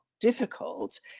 difficult